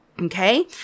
Okay